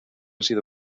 sido